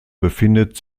befindet